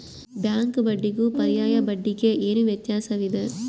Bank ಬಡ್ಡಿಗೂ ಪರ್ಯಾಯ ಬಡ್ಡಿಗೆ ಏನು ವ್ಯತ್ಯಾಸವಿದೆ?